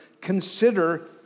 consider